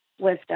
wisdom